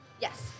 Yes